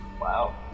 Wow